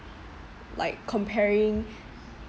like comparing